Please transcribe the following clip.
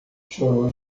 chorou